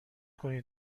کنین